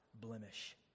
blemish